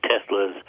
Tesla's